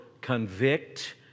convict